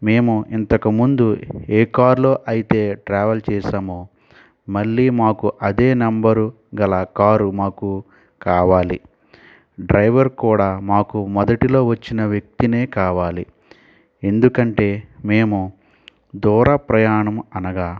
మేము ఇంతకు ముందు ఏ కార్లో అయితే ట్రావెల్ చేసామో మళ్ళీ మాకు అదే నంబరు గల కారు మాకు కావాలి డ్రైవర్ కూడా మాకు మొదటిలో వచ్చిన వ్యక్తినే కావాలి ఎందుకంటే మేము దూరం ప్రయాణం అనగా